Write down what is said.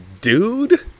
Dude